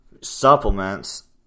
supplements